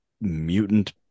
mutant